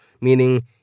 Meaning